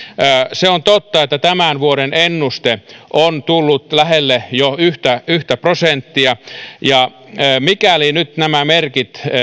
se on totta että tämän vuoden ennuste on jo tullut lähelle yhtä yhtä prosenttia ja mikäli nyt nämä merkit